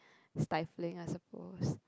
stifling I suppose